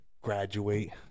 graduate